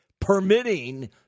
Permitting